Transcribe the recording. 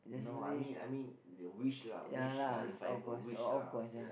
no I mean I mean wish lah wish lah If I have a wish lah ya